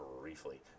briefly